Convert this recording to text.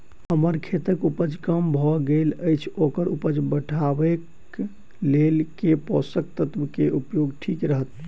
हम्मर खेतक उपज कम भऽ गेल अछि ओकर उपज बढ़ेबाक लेल केँ पोसक तत्व केँ उपयोग ठीक रहत?